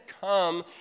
come